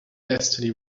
destiny